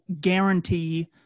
guarantee